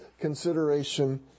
consideration